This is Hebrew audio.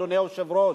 אדוני היושב-ראש.